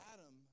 Adam